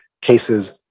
cases